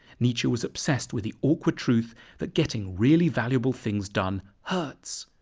nietzsche was obsessed with the awkward truth that getting really valuable things done hurts.